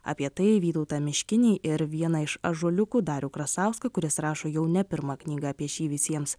apie tai vytautą miškinį ir vieną iš ąžuoliukų darių krasauską kuris rašo jau ne pirmą knygą apie šį visiems